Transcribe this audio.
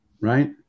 right